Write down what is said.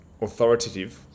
authoritative